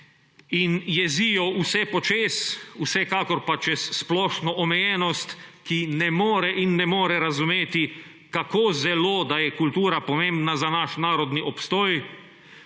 in jezijo vse počez, vsekakor pa čez splošno omejenost, ki ne more in ne more razumeti, kako zelo da je kultura pomembna za naš narodni obstoj,